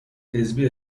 حزبی